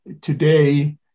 today